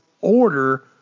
order